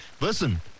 listen